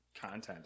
content